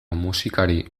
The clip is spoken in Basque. musikari